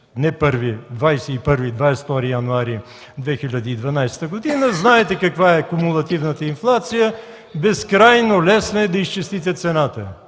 сме – 22 януари 2012 г., знаете каква е кумулативната инфлация, безкрайно лесно е да изчислите цената